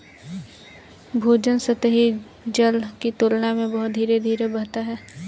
भूजल सतही जल की तुलना में बहुत धीरे धीरे बहता है